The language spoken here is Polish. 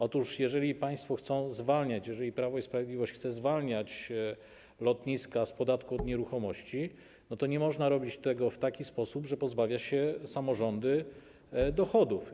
Otóż jeżeli państwo chcą zwalniać, jeżeli Prawo i Sprawiedliwość chce zwalniać lotniska z podatku od nieruchomości, to nie można robić tego w taki sposób, że pozbawia się samorządy dochodów.